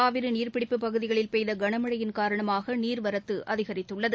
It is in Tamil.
காவிரி நீர்ப்பிடிப்பு பகுதிகளில் பெய்த கனமழையின் காரணமாக நீர்வரத்து அதிகரித்துள்ளது